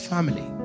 Family